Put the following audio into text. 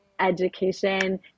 education